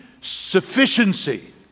sufficiency